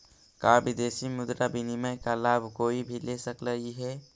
का विदेशी मुद्रा विनिमय का लाभ कोई भी ले सकलई हे?